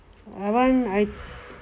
I haven't I